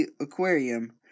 Aquarium